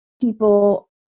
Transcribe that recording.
people